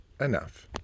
enough